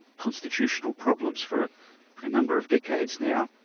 constitutional problems for a number of decades now,